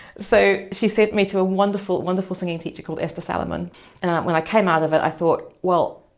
so, she sent me to a wonderful, wonderful singing teacher called esther salaman and when i came out of it, i thought well,